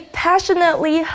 passionately